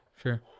sure